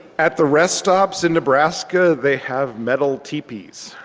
at the rest stops in nebraska they have metal tps.